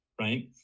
right